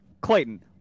clayton